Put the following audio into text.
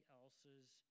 else's